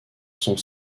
sont